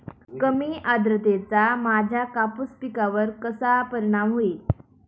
कमी आर्द्रतेचा माझ्या कापूस पिकावर कसा परिणाम होईल?